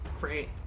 Great